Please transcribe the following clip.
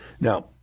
Now